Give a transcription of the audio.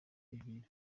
ibiro